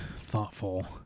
thoughtful